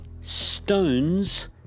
stones